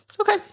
Okay